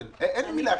אין מילה אחרת.